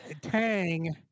Tang